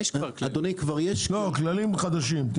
כללים חדשים?